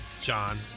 John